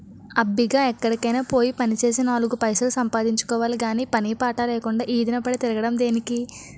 అబ్బిగా ఎక్కడికైనా పోయి పనిచేసి నాలుగు పైసలు సంపాదించుకోవాలి గాని పని పాటు లేకుండా ఈదిన పడి తిరగడం దేనికి?